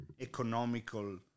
economical